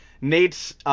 Nate's